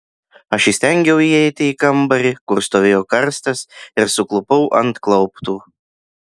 aš įstengiau įeiti į kambarį kur stovėjo karstas ir suklupau ant klauptų